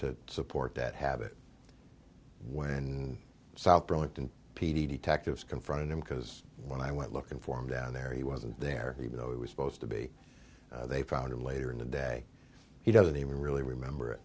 to support that habit when south burlington p d detectives confronted him because when i went looking for me down there he wasn't there even though it was supposed to be they found him later in the day he doesn't even really remember